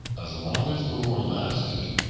as long as the war lasted,